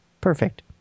perfect